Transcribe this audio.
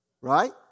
right